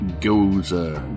goes